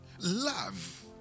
Love